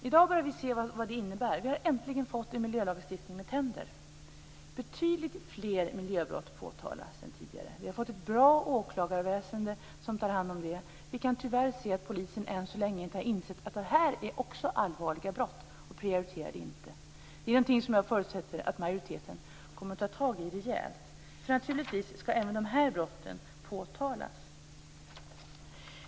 I dag börjar vi se vad det innebär: Vi har äntligen fått en miljölagstiftning med tänder. Betydligt fler miljöbrott påtalas än tidigare. Vi har fått ett bra åklagarväsende som tar hand om det. Vi kan tyvärr se att polisen än så länge inte har insett att det här också är allvarliga brott och därför inte prioriterar dem. Jag förutsätter att majoriteten kommer att ta tag i det rejält. Även dessa brott ska naturligtvis påtalas.